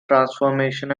transformation